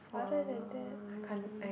other than that I can't I I